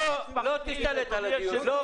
לא תשתלט על הדיון.